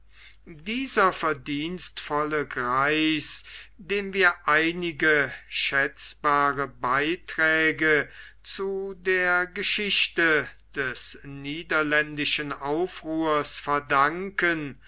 dieser verdienstvolle greis dem wir einige schätzbare beiträge zu der geschichte des niederländischen aufruhrs verdanken